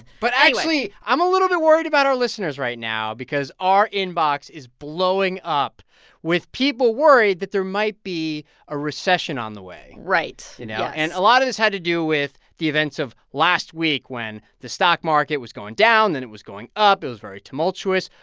but, actually, i'm a little bit worried about our listeners right now because our inbox is blowing up with people worried that there might be a recession on the way right, yes you know, and a lot of this had to do with the events of last week, when the stock market was going down, then it was going up. it was very tumultuous.